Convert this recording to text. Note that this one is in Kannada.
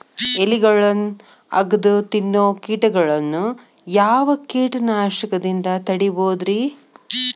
ಎಲಿಗೊಳ್ನ ಅಗದು ತಿನ್ನೋ ಕೇಟಗೊಳ್ನ ಯಾವ ಕೇಟನಾಶಕದಿಂದ ತಡಿಬೋದ್ ರಿ?